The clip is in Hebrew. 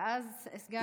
ואז סגן,